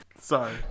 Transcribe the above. Sorry